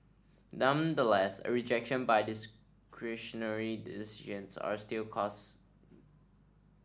a rejection by discretionary decisions are still cause